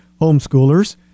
homeschoolers